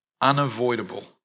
unavoidable